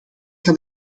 had